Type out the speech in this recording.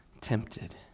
tempted